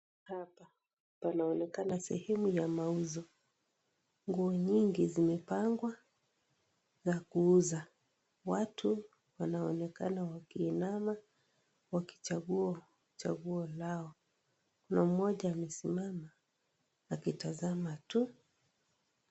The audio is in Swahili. Hapa panaonekana sehemu ya mauzo. nguo mingi zimepangwa za kuuza. Watu wanaonekana wakiinama wakichagua chaguo lao na mmoja amesimama tu.